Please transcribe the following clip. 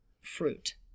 fruit